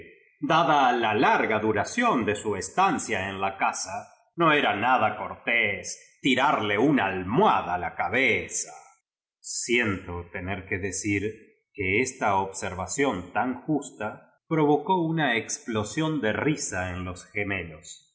dada la larga duración de su estancia en la casa no era nada cortés ti rarle una almohada a la cabeza siento tener que decir que esta observa ción tan justa provocó uua explosión de risa en los gemelos pero